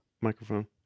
microphone